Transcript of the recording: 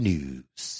News